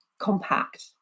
compact